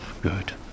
Good